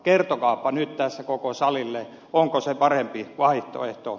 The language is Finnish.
kertokaapa nyt tässä koko salille onko se parempi vaihtoehto